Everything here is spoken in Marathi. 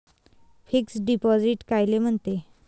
फिक्स डिपॉझिट कायले म्हनते?